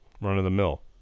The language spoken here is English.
run-of-the-mill